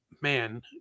man